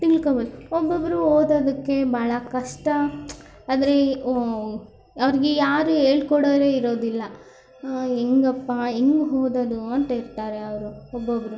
ತಿಳ್ಕೊಬೋದು ಒಬ್ಬೊಬ್ಬರು ಓದೋದಕ್ಕೆ ಬಹಳ ಕಷ್ಟ ಅಂದರೆ ಅವರಿಗೆ ಯಾರು ಹೇಳ್ಕೊಡೋರೆ ಇರೋದಿಲ್ಲ ಹೇಗಪ್ಪ ಹೆಂಗೆ ಓದೋದು ಅಂತಿರ್ತಾರೆ ಅವರು ಒಬ್ಬೊಬ್ಬರು